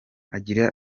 agira